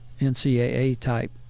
NCAA-type